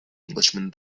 englishman